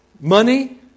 money